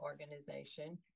organization